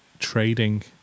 trading